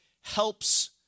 helps